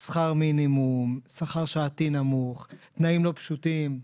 שכר מינימום, שכר שעתי נמוך, תנאים לא פשוטים.